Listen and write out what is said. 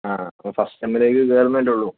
ആ അപ്പോൾ ഫസ്റ്റ് സെമ്മിലേക്ക് കയറുന്നതല്ലേ ഉള്ളൂ